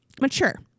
mature